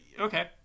okay